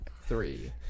three